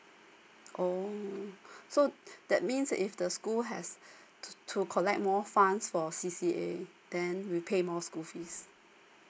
oh so that means if the school has to to collect more funds for C_C_A then we pay more school fees